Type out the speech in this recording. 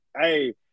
Hey